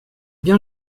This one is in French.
bien